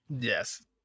Yes